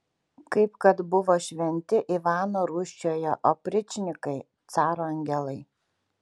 kaip kad buvo šventi ivano rūsčiojo opričnikai caro angelai